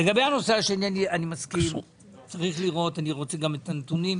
לגבי הנושא השני אני מסכים; אני רוצה גם לראות את הנתונים.